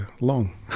long